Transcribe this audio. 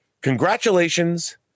congratulations